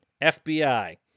FBI